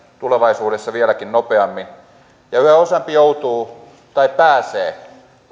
tulevaisuudessa vieläkin nopeammin yhä useampi joutuu tai pääsee